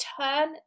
turn